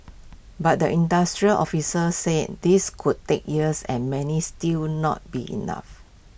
but the industry officer say this could take years and many still not be enough